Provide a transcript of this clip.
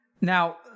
Now